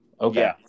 Okay